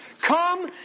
Come